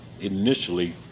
initially